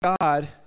God